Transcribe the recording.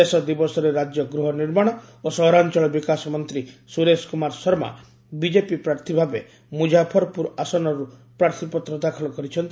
ଶେଷ ଦିବସରେ ରାଜ୍ୟ ଗୃହନିର୍ମାଣ ଓ ସହରାଂଚଳ ବିକାଶ ମନ୍ତ୍ରୀ ସୁରେଶ କୁମାର ଶର୍ମା ବିଜେପି ପ୍ରାର୍ଥୀ ଭାବେ ମୁଜାଫରପୁର ଆସନରୁ ପ୍ରାର୍ଥୀପତ୍ର ଦାଖଲ କରିଛନ୍ତି